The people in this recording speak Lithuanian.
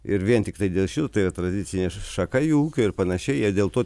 ir vien tiktai dėl šių tai yra tradicinė šaka jų ūkio ir panašiai jie dėl to